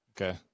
Okay